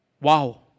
Wow